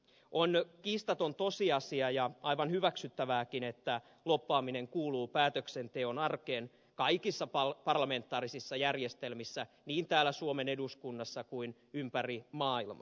on kiistaton tosiasia ja aivan hyväksyttävääkin että lobbaaminen kuuluu päätöksenteon arkeen kaikissa parlamentaarisissa järjestelmissä niin täällä suomen eduskunnassa kuin myös ympäri maailman